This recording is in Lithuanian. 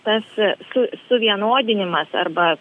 tas su suvienodinimas arba